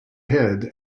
head